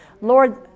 Lord